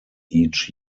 each